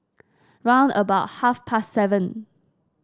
round about half past seven